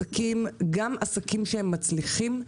גם עסקים שהם מצליחים,